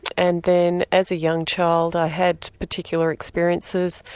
and then as a young child i had particular experiences,